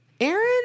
Aaron